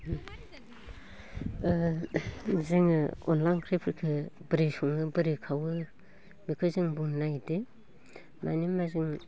ओ जोङो अनद्ला ओंख्रिफोरखो बोरै सङो बोरै खावो बेखौ जों बुंनो नागेरदों मानो होनब्ला जों